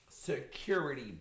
security